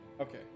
Okay